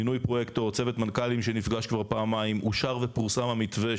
מינוי פרויקטור; צוות מנכ"לים שנפגש כבר פעמיים; אושר ופורסם המתווה,